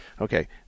Okay